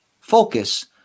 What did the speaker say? focus